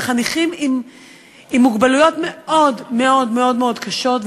בחניכים עם מוגבלויות מאוד מאוד מאוד מאוד קשות,